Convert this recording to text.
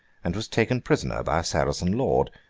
and was taken prisoner by a saracen lord.